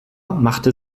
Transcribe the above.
machte